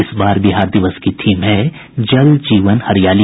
इस बार बिहार दिवस की थीम है जल जीवन हरियाली